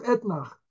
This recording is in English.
Etnach